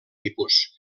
tipus